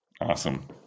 Awesome